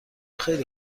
خیلی